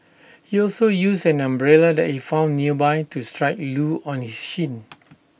he also used an umbrella that he found nearby to strike Loo on his shin